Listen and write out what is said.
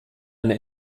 eine